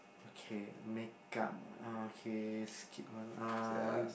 okay make up ah okay skip one